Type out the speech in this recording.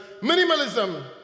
Minimalism